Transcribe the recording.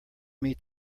meet